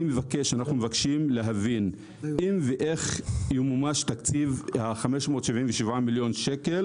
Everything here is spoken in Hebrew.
אנחנו מבקשים להבין אם ואיך ימומש תקציב ה-577 מיליון שקל